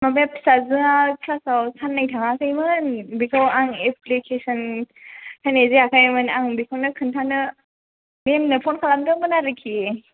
माबाया फिसाजोआ क्लासाव सान्नै थाङाखैमोन बेखौ आं एफ्लिकेसन होनाय जायाखैमोन आं बेखौनो खोनथानो मेमनो फन खालामदोंमोन आरोखि